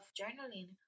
journaling